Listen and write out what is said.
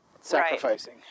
sacrificing